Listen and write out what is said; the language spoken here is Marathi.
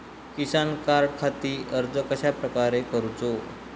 किसान कार्डखाती अर्ज कश्याप्रकारे करूचो?